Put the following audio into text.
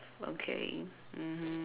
okay mmhmm